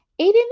Aiden